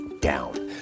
down